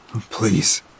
Please